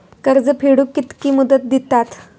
कर्ज फेडूक कित्की मुदत दितात?